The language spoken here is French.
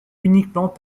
uniquement